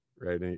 Right